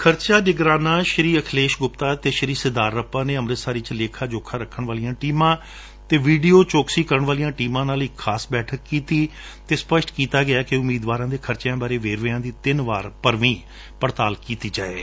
ਖਰਚਾ ਨਿਗਰਾਨਾਂ ਸ਼ੀ ਅਖਿਲੇਸ਼ ਗੁਪਤਾ ਅਤੇ ਸਿਧਾਰ ਰੱਪਾ ਨੇ ਅਮ੍ਰਿਤਸਰ ਵਿੱਚ ਲੇਖਾ ਜੋਖਾ ਕਰਣ ਵਾਲੀਆਂ ਟੀਮਾਂ ਨਾਲ ਇੱਕ ਵੀਡੀਓ ਚੌਕਸੀ ਕਰਣ ਵਾਲੀਆਂ ਟੀਮਾਂ ਨਾਲ ਇੱਕ ਖਾਸ ਬੈਠਕ ਕੀਤੀ ਅਤੇ ਸਪਸ਼ਟ ਕੀਤਾ ਗਿਆ ਕਿ ਉਮੀਦਵਾਰਾਂ ਦੇ ਖਰਚਿਆਂ ਬਾਰੇ ਵੇਰਵਿਆਂ ਦੀ ਤਿੰਨ ਵਾਰ ਭਰਵੀ ਪੜਤਾਲ ਕੀਤੀ ਜਾਵੇਗੀ